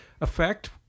effect